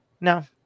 no